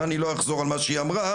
אני לא אחזור על מה שהיא אמרה,